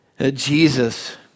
Jesus